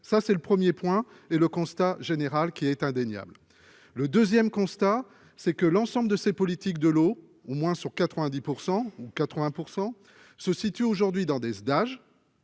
ça c'est le 1er point et le constat général qui est indéniable, le 2ème constat c'est que l'ensemble de ces politiques de l'eau, au moins sur 90 % ou 80 % se situe aujourd'hui dans des stages.